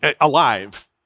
alive